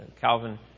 Calvin